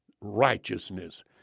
righteousness